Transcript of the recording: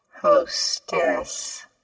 hostess